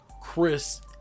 Chris